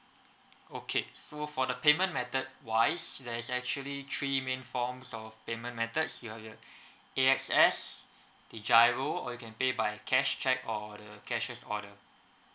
okay so for the payment method wise there is actually three main forms of payment methods here are they A_X_S the giro or you can pay by cash cheque or the cashier's order